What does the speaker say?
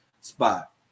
spot